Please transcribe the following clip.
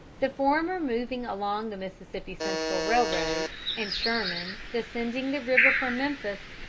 the former moving along the mississippi central railroad and sherman descending the river from memphis,